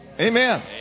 Amen